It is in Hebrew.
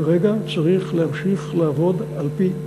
כרגע צריך להמשיך לעבוד על-פי החוק,